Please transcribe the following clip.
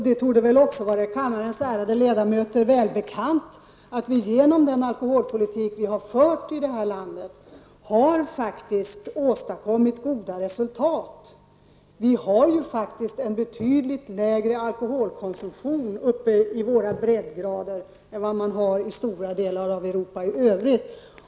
Det torde vara kammarens ärade ledamöter välbekant att vi genom den alkoholpolitik som har förts i vårt land faktiskt har åstadkommit goda resultat. Alkoholkonsumtionen på våra nordliga breddgrader är faktiskt betydligt mindre än vad som gäller för stora delar av Europa i övrigt.